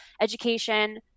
education